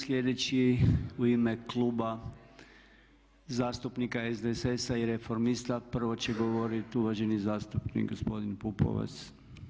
Slijedeći u ime Kluba zastupnika SDSS-a i Reformista prvo će govoriti uvaženi zastupnik gospodin Pupovac.